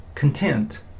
Content